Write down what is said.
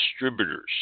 distributors